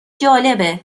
جالبه